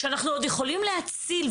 כשאנחנו עוד יכולים להציל.